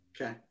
Okay